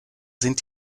sind